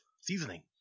Seasoning